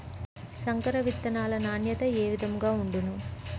సంకర విత్తనాల నాణ్యత ఏ విధముగా ఉండును?